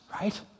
right